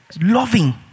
loving